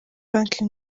banki